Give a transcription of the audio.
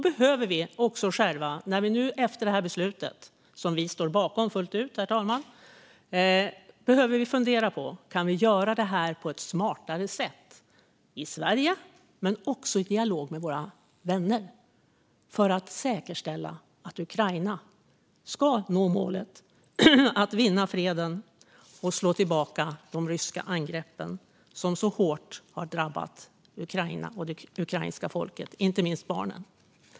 Efter att riksdagen fattat beslut - vi står fullt ut bakom förslaget, herr talman - behöver vi alla fundera på om vi kan göra det här på ett smartare sätt i Sverige men också i dialog med våra vänner för att säkerställa att Ukraina når målet att vinna freden och slå tillbaka de ryska angreppen som så hårt har drabbat Ukraina och det ukrainska folket, inte minst barnen.